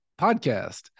Podcast